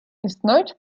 існують